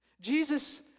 Jesus